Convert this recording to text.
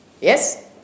Yes